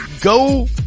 go